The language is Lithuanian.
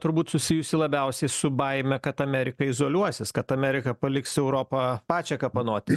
turbūt susijusi labiausiai su baime kad amerika izoliuosis kad amerika paliks europą pačią kapanotis